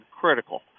critical